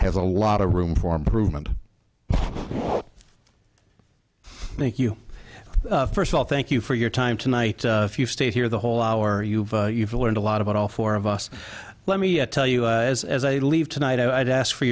has a lot of room for improvement thank you first of all thank you for your time tonight if you stay here the whole hour you've you've learned a lot about all four of us let me tell you as as a leave tonight i'd ask for